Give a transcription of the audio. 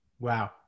Wow